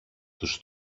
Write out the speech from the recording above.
τους